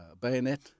bayonet